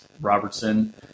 Robertson